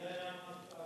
מי היה המזכ"ל אז?